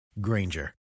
granger